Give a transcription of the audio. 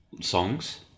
songs